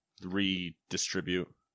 Redistribute